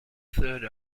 third